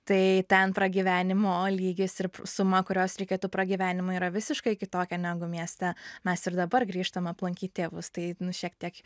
tai ten pragyvenimo lygis ir suma kurios reikėtų pragyvenimui yra visiškai kitokia negu mieste mes ir dabar grįžtam aplankyt tėvus tai šiek tiek